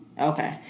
okay